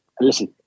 listen